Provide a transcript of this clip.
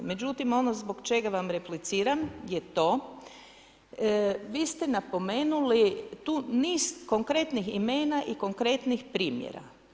Međutim, ono zbog čega vam repliciram je to, vi ste napomenuli tu niz konkretnih imena i konkretnih primjera.